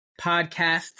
podcasts